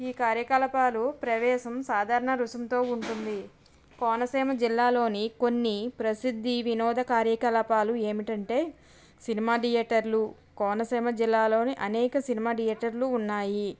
ఈ కార్యకలాపాలు ప్రవేశం సాధారణ రుసుముతో ఉంటుంది కోనసీమ జిల్లాలోని కొన్ని ప్రసిద్ధి వినోద కార్యకలాపాలు ఏమిటంటే సినిమా థియేటర్లు కోనసీమ జిల్లాలోని అనేక సినిమా థియేటర్లు ఉన్నాయి